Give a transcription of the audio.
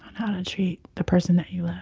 how to treat the person that you